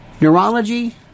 neurology